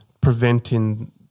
Preventing